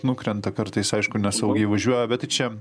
nukrenta kartais aišku nesaugiai važiuoja bet tai čia